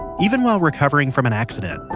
even while recovering from an accident,